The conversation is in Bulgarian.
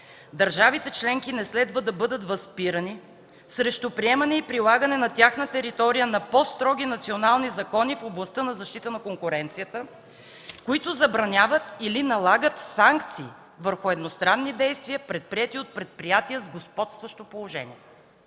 „Държавите членки не следва да бъдат възпирани срещу приемане и прилагане на тяхна територия на по-строги национални закони в областта на защита на конкуренцията, които забраняват или налагат санкции върху едностранни действия, предприети от предприятия с господстващо положение.”